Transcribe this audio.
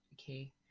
okay